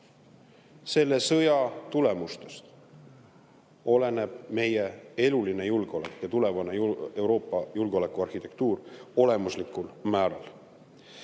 Selle sõja tulemustest oleneb meie eluline julgeolek ja tulevane Euroopa julgeolekuarhitektuur olemuslikul määral. Nüüd